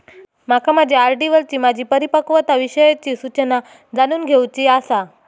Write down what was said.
माका माझ्या आर.डी वरची माझी परिपक्वता विषयची सूचना जाणून घेवुची आसा